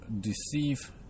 deceive